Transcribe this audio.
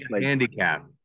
handicap